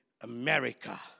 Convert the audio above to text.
America